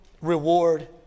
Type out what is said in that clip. Reward